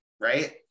Right